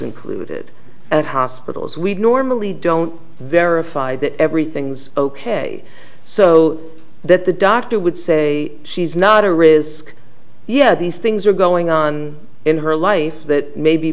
included at hospitals we normally don't verify that everything's ok so that the doctor would say she's not a risk yet these things are going on in her life that may be